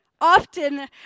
Often